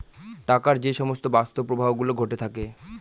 টাকার যে সমস্ত বাস্তব প্রবাহ গুলো ঘটে থাকে